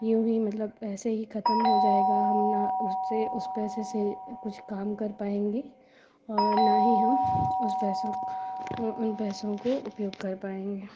यूँ ही मतलब ऐसे ही ख़त्म हो जाएगा हम न उससे उस पैसे से कुछ काम कर पाएंगे और न ही हम उस पैसों उन पैसों को उपयोग कर पाएंगे